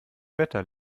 wetter